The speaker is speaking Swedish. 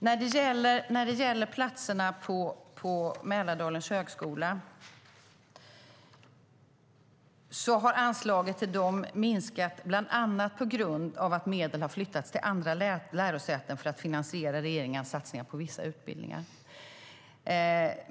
När det gäller platserna på Mälardalens högskola har anslaget minskat bland annat på grund av att medel har flyttats till andra lärosäten för att finansiera regeringens satsningar på vissa utbildningar.